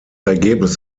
ergebnis